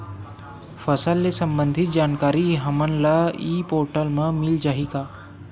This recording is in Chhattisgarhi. फसल ले सम्बंधित जानकारी हमन ल ई पोर्टल म मिल जाही का?